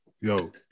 Yo